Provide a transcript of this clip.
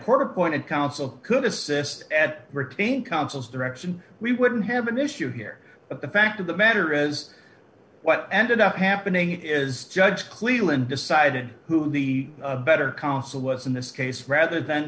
court appointed counsel could assist retain counsel's direction we wouldn't have an issue here but the fact of the matter is what ended up happening is judge cleveland decided who the better counsel was in this case rather than